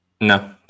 No